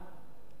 אתם תהיו מופתעים: